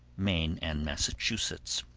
maine and massachusetts.